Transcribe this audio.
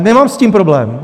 Nemám s tím problém.